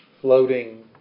floating